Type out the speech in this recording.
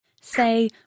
say